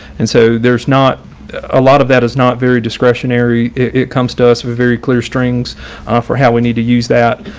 and so there's not a lot of that is not very discretionary. it comes to us with very clear strings for how we need to use that.